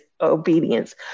obedience